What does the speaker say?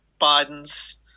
Biden's